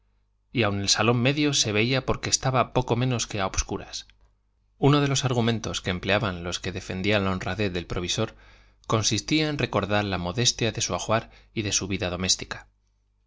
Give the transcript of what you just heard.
y aun el salón medio se veía porque estaba poco menos que a obscuras uno de los argumentos que empleaban los que defendían la honradez del provisor consistía en recordar la modestia de su ajuar y de su vida doméstica